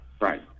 Right